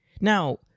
Now